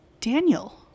Daniel